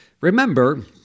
Remember